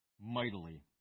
mightily